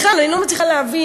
בכלל, אני לא מצליחה להבין